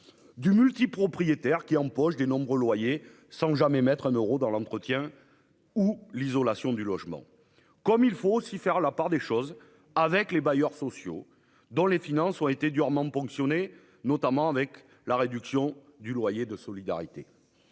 du multipropriétaire qui empoche de nombreux loyers sans jamais mettre un euro dans l'entretien ou l'isolation du logement. Il faut aussi faire la part des choses avec les bailleurs sociaux, dont les finances ont été durement ponctionnées, notamment avec la réduction de loyer de solidarité